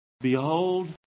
Behold